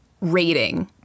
rating